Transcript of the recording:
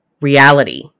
reality